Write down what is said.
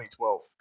2012